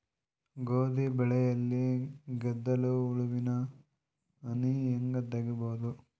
ಗೋಧಿ ಬೆಳೆಯಲ್ಲಿ ಗೆದ್ದಲು ಹುಳುವಿನ ಹಾನಿ ಹೆಂಗ ತಡೆಬಹುದು?